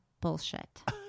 bullshit